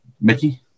Mickey